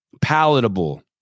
palatable